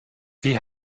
wie